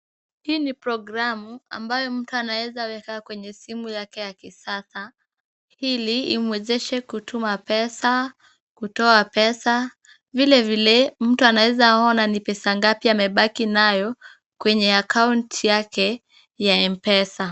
Hii ni programu ambayo mtu anaweza weka kwenye simu yake ya kisasa ili imwezeshe kutuma pesa, kutoa pesa, vile vile mtu anaweza ona ni pesa ngapi amebaki nayo kwenye akaunti yake ya Mpesa.